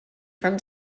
from